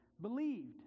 believed